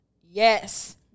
yes